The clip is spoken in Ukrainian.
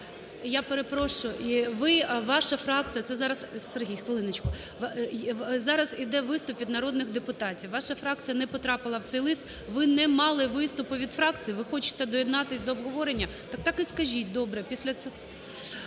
я перепрошую, ви, ваша фракція, це зараз… Сергій хвилиночку. Зараз йде виступ від народних депутатів, ваша фракція не потрапила в цей лист, ви не мали виступу від фракції? Ви хочете доєднатись до обговорення, так і скажіть, добре. Після цього…